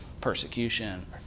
persecution